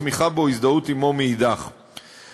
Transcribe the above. תמיכה בו או הזדהות עמו מאידך גיסא.